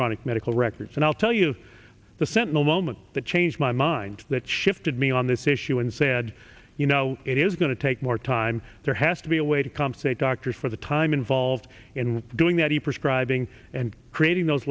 electronic medical records and i'll tell you the sentinel moment that changed my mind that shifted me on this issue and said you know it is going to take more time there has to be a way to compensate doctors for the time involved in doing that he prescribe ing and creating those